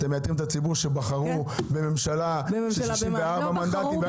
אתם מייתרים את הציבור שבחר בממשלה של 64 מנדטים.